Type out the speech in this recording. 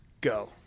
go